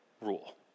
rule